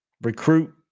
recruit